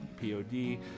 p-o-d